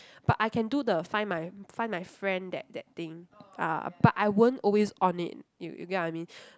but I can do the Find My Find My Friend that that thing ah but I won't always on it you you get what I mean